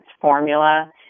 formula